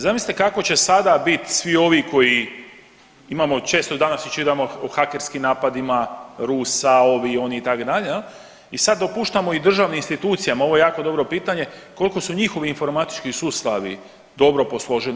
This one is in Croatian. Zamislite kako će sada biti svi ovi koji imamo često i danas čitamo o hakerskim napadima Rusa, ovih, onih itd. i sad dopuštamo i državnim institucijama ovo je jako dobro pitanje koliko su njihovi informatički sustavi dobro posloženi.